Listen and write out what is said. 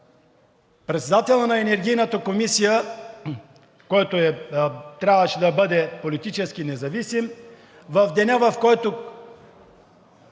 Председателят на енергийната комисия, който трябваше да бъде политически независим,